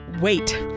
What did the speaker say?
wait